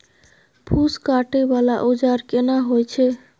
फूस काटय वाला औजार केना होय छै?